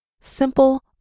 Simple